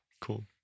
Cool